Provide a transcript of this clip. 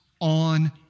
on